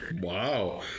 Wow